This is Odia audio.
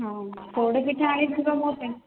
ହଁ ପୋଡ଼ପିଠା ଆଣିଥିବ ମୋ ପାଇଁ